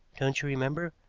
don't you remember,